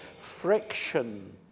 Friction